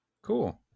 Cool